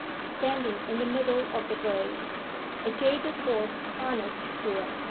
standing in the middle of the road a jaded horse harnessed to it,